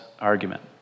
argument